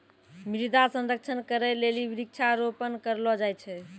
मृदा संरक्षण करै लेली वृक्षारोपण करलो जाय छै